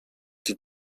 die